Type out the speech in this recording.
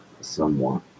somewhat